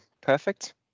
Perfect